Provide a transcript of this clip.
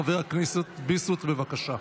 חבר הכנסת ביסמוט, בבקשה.